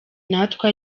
natwe